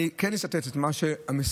אני כן אצטט את מה שהמשרד,